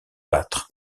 battre